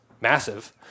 massive